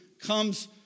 comes